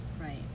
right